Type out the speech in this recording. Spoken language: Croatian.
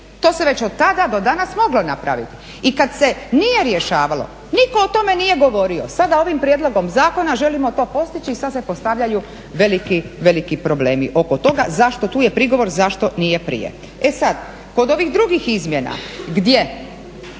To se već od tada do danas moglo napraviti. I kad se nije rješavalo niko o tome nije govorio, sada ovim prijedlogom zakona želimo to postići i sad se postavljaju veliki problemi oko toga, tu je prigovor zašto nije prije. E sad, kod ovih drugih izmjena gdje